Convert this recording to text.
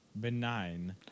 Benign